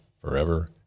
forever